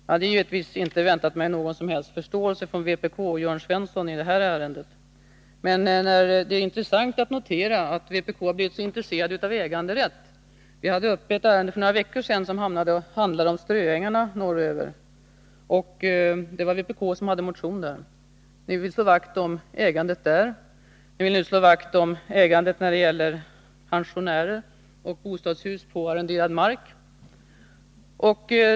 Herr talman! Jag hade givetvis inte väntat mig någon som helst förståelse från vpk och Jörn Svensson i det här ärendet, men det är intressant att notera att vpk har blivit så intresserat av äganderätt. Vi hade för några veckor sedan ett ärende uppe som handlade om ströängarna norröver, och det var vpk som hade motionen. Ni vill slå vakt om ägandet där, och nu vill ni slå vakt om ägandet när det gäller pensionärer med bostadshus på arrenderad mark.